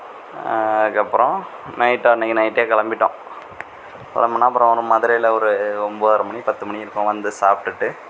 அதுக்கு அப்புறம் நைட்டு அன்றைக்கு நைட்டே கிளம்பிட்டோம் கிளம்புனா அப்புறம் மதுரையில் ஒரு ஒன்பதரை மணி பத்து மணி இருக்கும் வந்து சாப்பிட்டுட்டு